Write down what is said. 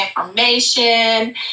information